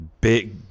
big